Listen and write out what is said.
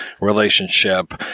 relationship